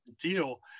deal